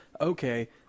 okay